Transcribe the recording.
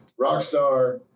Rockstar